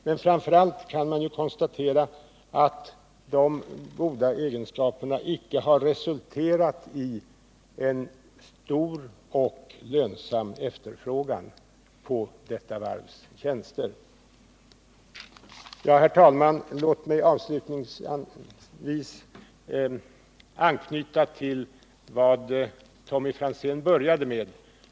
Men framför allt kan man konstatera att de goda egenskaperna icke har resulterat i en stor och lönsam efterfrågan av detta varvs tjänster. Herr talman! Låt mig avslutningsvis anknyta till vad Tommy Franzén började med.